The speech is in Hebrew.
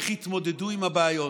איך יתמודדו עם הבעיות?